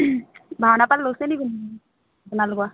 ভাওনা part লৈছে নি আপোনালোকৰ